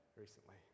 recently